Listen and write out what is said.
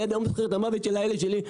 אני עד היום זוכר את המוות של הילד שלי,